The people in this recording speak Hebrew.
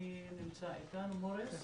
מי נמצא איתנו, מוריס?